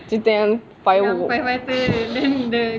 cerita yang